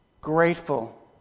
grateful